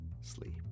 sleep